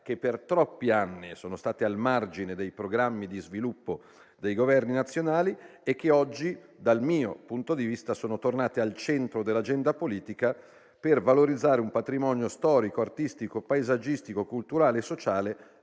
che per troppi anni sono state al margine dei programmi di sviluppo dei Governi nazionali e che oggi, dal mio punto di vista, sono tornate al centro dell'agenda politica per valorizzare un patrimonio storico, artistico, paesaggistico, culturale e sociale